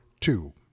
two